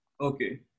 Okay